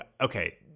okay